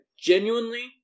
genuinely